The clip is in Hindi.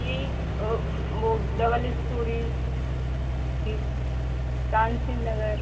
ये वो डबल इस्टोरी तानसेन नगर